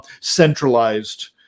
Centralized